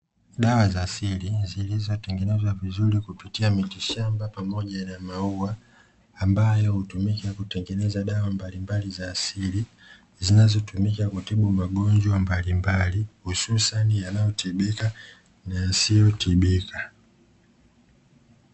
Dawa za asili zilizotengenezwa vizuri kupitia miti shamba pamoja na mauwa ambayo utumika kutengeneza dawa mbalimbali za asili zinazotumika kutibu magonjwa mbalimbali hususani yanayotibika na yasiyotibika.